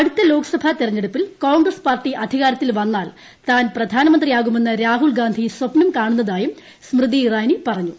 അടുത്ത ലോക്സഭ തെരഞ്ഞെടുപ്പിൽ കോൺഗ്രസ് പാർട്ടി അധികാരത്തിൽ വന്നാൽ താൻ പ്രധാനമന്ത്രി ആകുമെന്ന് രാഹുൽ ഗാന്ധി സ്വപ്നം കാണുന്നതായും സ്മൃതി ഇറാനി പറഞ്ഞു